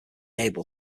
able